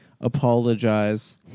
apologize